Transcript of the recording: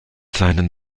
seinen